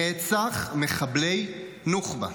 רצח מחבלי נוח'בה,